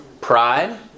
Pride